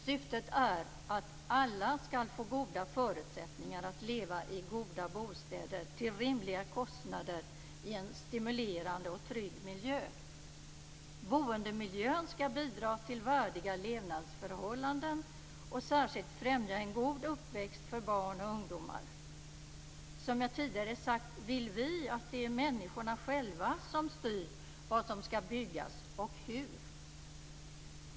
Syftet är att alla ska få goda förutsättningar att leva i goda bostäder till rimliga kostnader i en stimulerande och trygg miljö. Boendemiljön ska bidra till värdiga levnadsförhållanden och särskilt främja en god uppväxt för barn och ungdomar. Vi vill att människorna själva ska styra vad som ska byggas och hur.